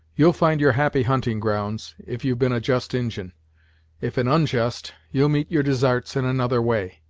you'll find your happy hunting-grounds, if you've been a just injin if an onjust, you'll meet your desarts in another way.